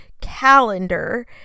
calendar